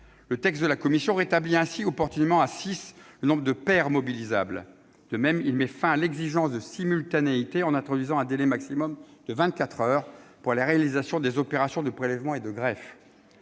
le texte de la commission rétablit opportunément à six le nombre de paires mobilisables. De même, il met fin à l'exigence de simultanéité en introduisant un délai maximum de vingt-quatre heures pour la réalisation des opérations de prélèvement et de greffe.